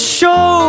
show